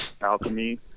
Alchemy